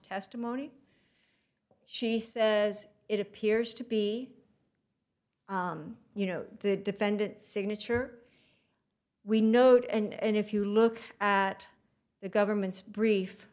testimony she says it appears to be you know the defendant signature we note and if you look at the government's brief